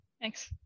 Thanks